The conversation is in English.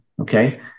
okay